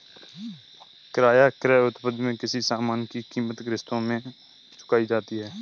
किराया क्रय पद्धति में किसी सामान की कीमत किश्तों में चुकाई जाती है